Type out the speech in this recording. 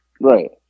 Right